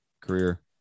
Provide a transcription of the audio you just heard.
career